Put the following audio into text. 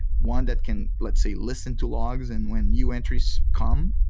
one that can, let's say listen to logs and when new entries come,